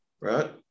right